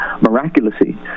miraculously